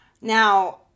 Now